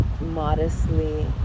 modestly